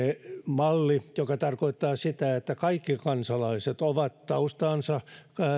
malli joka tarkoittaa sitä että kaikki kansalaiset ovat taustaansa